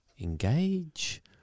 engage